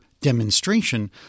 demonstration